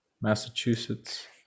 Massachusetts